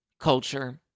Culture